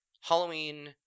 halloween